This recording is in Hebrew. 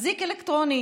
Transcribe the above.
אזיק אלקטרוני.